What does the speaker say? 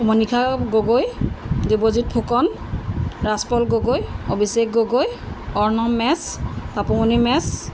Manisha Gogoi Debajit Phukan Rajpal Gogoi Abhishek Gogoi Arnab Mech Tapumoni match